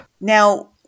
Now